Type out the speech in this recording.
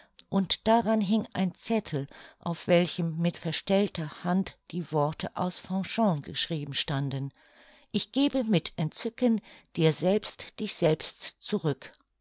und daran hing ein zettel auf welchem mit verstellter hand die worte aus fanchon geschrieben standen ich gebe mit entzücken dir selbst dich selbst zurück